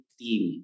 team